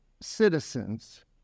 citizens